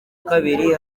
kabiri